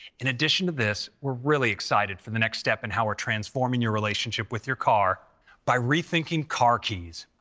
in addition to this, we're really excited for the next step in how we're transforming your relationship with your car by rethinking car keys.